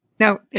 No